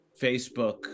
Facebook